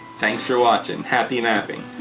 thanks for watching. happy mapping!